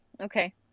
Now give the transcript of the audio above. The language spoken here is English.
okay